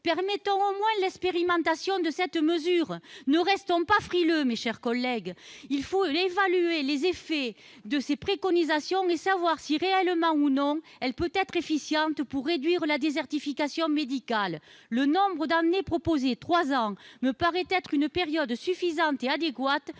Permettons au moins l'expérimentation de cette mesure ! Ne restons pas frileux, mes chers collègues ! Il faut évaluer les effets de cette préconisation et savoir si elle peut, réellement ou non, être efficiente pour réduire la désertification médicale. Le nombre d'années proposé- trois ans -me paraît adéquat pour permettre à cette